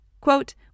quote